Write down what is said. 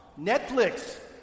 Netflix